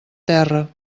terra